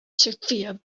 sophia